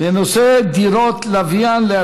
עוברים לשאילתה, טלב, תבוא אחרי זה ונדבר.